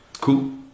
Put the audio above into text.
cool